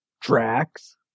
Drax